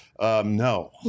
No